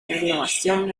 renovación